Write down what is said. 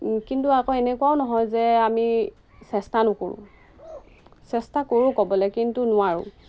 কিন্তু আকৌ এনেকুৱাও নহয় যে আমি চেষ্টা নকৰোঁ চেষ্টা কৰোঁ ক'বলৈ কিন্তু নোৱাৰোঁ